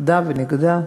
יחדה ונגדה.